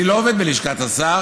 אני לא עובד בלשכת השר.